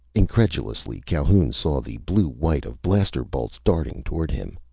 incredulously, calhoun saw the blue-white of blaster bolts darting toward him.